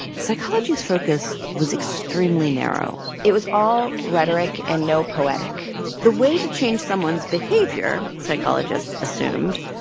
psychology's focus was extremely narrow it was all rhetoric and no poetic the way to change someone's behavior, psychologists assumed,